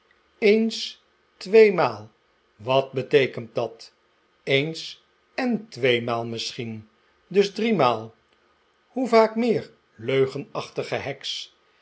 eens tweemaal wat beteekent dat eens en tweemaal misschien dus driemaal hoevaak meer leugenachtige heks